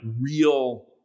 real